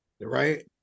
right